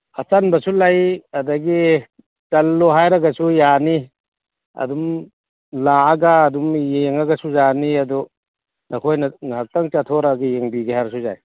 ꯑꯆꯟꯕꯁꯨ ꯂꯩ ꯑꯗꯒꯤ ꯆꯜꯂꯨ ꯍꯥꯏꯔꯒꯁꯨ ꯌꯥꯅꯤ ꯑꯗꯨꯝ ꯂꯥꯛꯑꯒ ꯑꯗꯨꯝ ꯌꯦꯡꯉꯒꯁꯨ ꯌꯥꯅꯤ ꯑꯗꯨ ꯅꯈꯣꯏꯅ ꯉꯥꯏꯍꯥꯛꯇꯪ ꯆꯠꯊꯣꯔꯛꯂꯒ ꯌꯦꯡꯕꯤꯒꯦ ꯍꯥꯏꯔꯁꯨ ꯌꯥꯏ